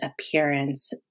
appearance